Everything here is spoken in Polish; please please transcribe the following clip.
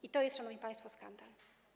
I to jest, szanowni państwo, skandal.